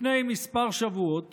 לפני כמה שבועות